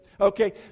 okay